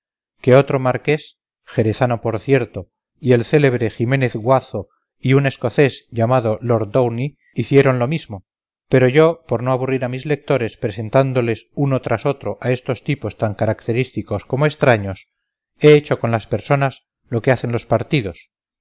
que otro marqués jerezano por cierto y el célebre jiménez guazo y un escocés llamado lord downie hicieron lo mismo pero yo por no aburrir a mis lectores presentándoles uno tras otro a estos tipos tan característicos como extraños he hecho con las personas lo que hacen los partidos